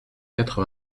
quatre